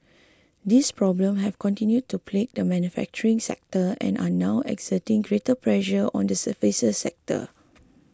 these problem have continued to plague the manufacturing sector and are now exerting greater pressure on the services sector